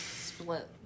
Split